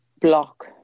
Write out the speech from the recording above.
block